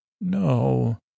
No